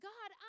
God